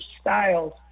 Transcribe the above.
styles